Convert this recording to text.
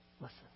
Listen